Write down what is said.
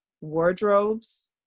wardrobes